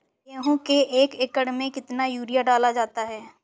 गेहूँ के एक एकड़ में कितना यूरिया डाला जाता है?